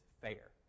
fair